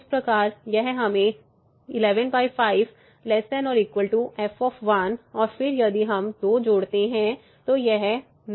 इस प्रकार यह हमें 115≤ f और फिर यदि हम 2 जोड़ते हैं तो यह 94 होगा